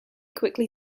quickly